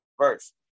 verse